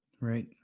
Right